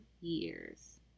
years